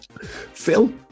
Phil